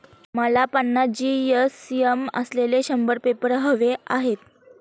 मला पन्नास जी.एस.एम असलेले शंभर पेपर हवे आहेत